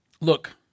Look